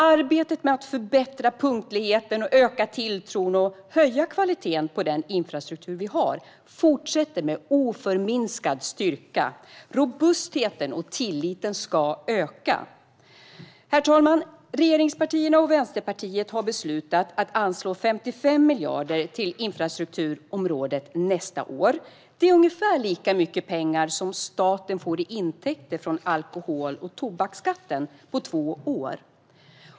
Arbetet med att förbättra punktligheten, öka tilltron och höja kvaliteten på den infrastruktur vi har fortsätter med oförminskad styrka. Robustheten och tilliten ska öka. Herr talman! Regeringspartierna och Vänsterpartiet har beslutat att anslå 55 miljarder kronor till infrastrukturområdet nästa år. Det är ungefär lika mycket pengar som staten får i intäkter från alkohol och tobaksskatten på två år.